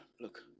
Look